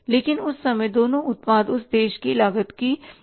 लेकिन उस समय दोनों उत्पाद इस देश की जनता की पहुंच से परे थे